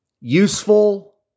useful